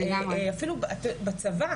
אפילו בצבא